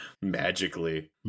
magically